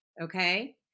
Okay